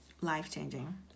life-changing